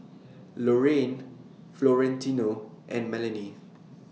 Lorrayne Florentino and Melany